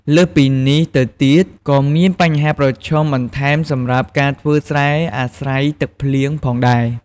លើសពីនេះទៅទៀតក៏មានបញ្ហាប្រឈមបន្ថែមសម្រាប់ការធ្វើស្រែអាស្រ័យទឹកភ្លៀងផងដែរ។